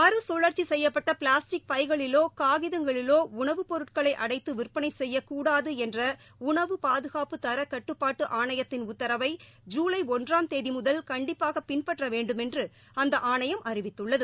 மறு கழற்சி செய்யப்பட்ட பிளாஸ்டிக் பைகளிலோ காகிதங்களிலோ உணவுப் பொருட்களை அடைத்து விற்பனை செய்யக்கூடாது என்ற உணவு பாதுகாப்பு தர கட்டுப்பாட்டு ஆணையத்தின் உத்தரவை ஜூலை ஒன்றாம் தேதி முதல் கண்டிப்பாக பின்பற்ற வேண்டுமென்று அந்த ஆணையம் அறிவித்துள்ளது